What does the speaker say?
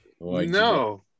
No